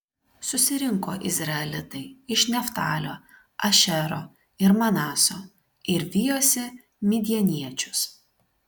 susirinko izraelitai iš neftalio ašero ir manaso ir vijosi midjaniečius